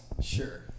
Sure